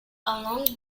along